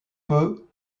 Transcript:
peut